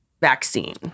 vaccine